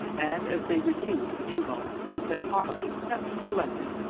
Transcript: and as they renewed the tumult, he said heartily, that's splendid!